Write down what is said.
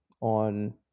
on